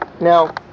Now